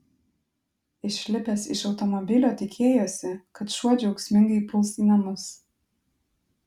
išlipęs iš automobilio tikėjosi kad šuo džiaugsmingai puls į namus